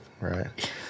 Right